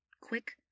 Quick